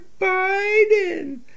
biden